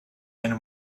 eine